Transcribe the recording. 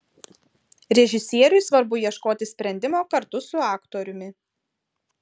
režisieriui svarbu ieškoti sprendimo kartu su aktoriumi